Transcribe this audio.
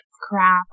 crap